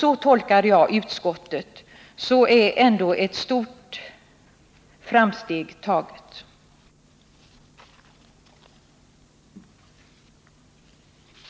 Jag tolkar också utskottets beskrivning så, varför det inte gör så mycket att enighet inte råder om hur urvalet skall påverkas.